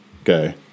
okay